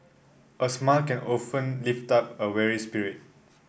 a smile can often lift up a weary spirit